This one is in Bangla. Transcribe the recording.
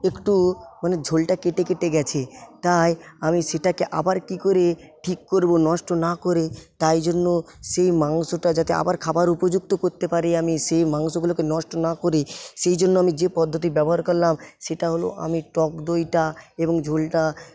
একটু মানে ঝোলটা কেটে কেটে গেছে তাই আমি সেটাকে আবার কি করে ঠিক করবো নষ্ট না করে তাই জন্য সেই মাংসটা যাতে আবার খাবার উপযুক্ত করতে পারি আমি সেই মাংসগুলোকে নষ্ট না করে সেইজন্য আমি যে পদ্ধতি ব্যবহার করলাম সেটা হল আমি টক দইটা এবং ঝোলটা